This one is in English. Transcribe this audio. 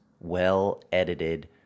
well-edited